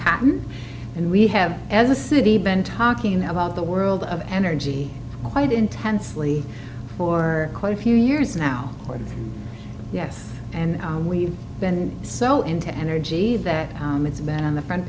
com and we have as a city been talking about the world of energy quite intensely for quite a few years now yes and we've been so into energy that it's been on the front